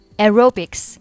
Aerobics